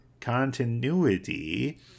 Continuity